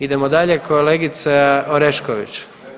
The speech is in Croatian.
Idemo dalje, kolegica Orešković.